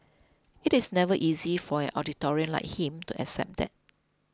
it's never easy for an authoritarian like him to accept that